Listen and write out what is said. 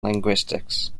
linguistics